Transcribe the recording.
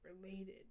related